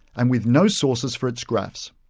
and with no sources for its graphs.